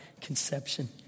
conception